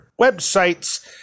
websites